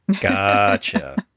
gotcha